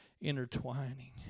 intertwining